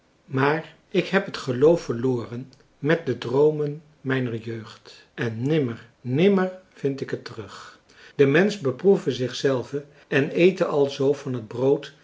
maar ik heb het geloof verloren met de droomen mijner jeugd en nimmer nimmer vind ik het terug de mensch beproeve zich zelven en ete alzoo van het brood